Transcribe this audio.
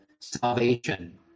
salvation